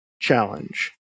challenge